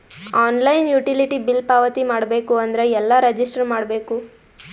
Online utility bill ಪಾವತಿ ಮಾಡಬೇಕು ಅಂದ್ರ ಎಲ್ಲ ರಜಿಸ್ಟರ್ ಮಾಡ್ಬೇಕು?